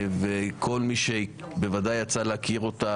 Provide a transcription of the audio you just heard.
בוודאי שכל מי שיצא לו להכיר אותה